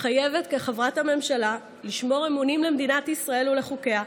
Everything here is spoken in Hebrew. מתחייבת כחברת הממשלה לשמור אמונים למדינת ישראל ולחוקיה,